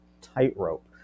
tightrope